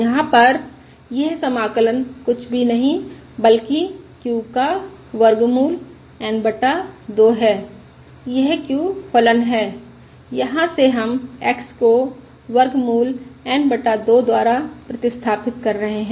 यहाँ पर यह समाकलन कुछ भी नहीं बल्कि q का वर्गमूल N बटा 2 है यह q फलन है यहाँ से हम x को वर्गमूल N बटा 2 द्वारा प्रतिस्थापित कर रहे हैं